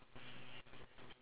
and